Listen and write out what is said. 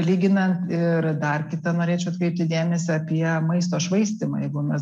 lyginant ir dar kitą norėčiau atkreipti dėmesį apie maisto švaistymą jeigu mes